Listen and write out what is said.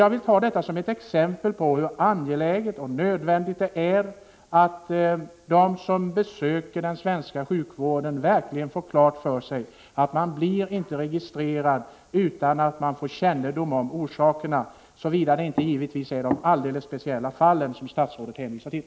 Jag vill ta detta som ett exempel på hur angeläget och nödvändigt det är att de som besöker den svenska sjukvården verkligen får klart för sig att man inte blir registrerad utan att man får kännedom om orsakerna härtill, såvida det inte gäller de alldeles speciella fall som statsrådet hänvisat till.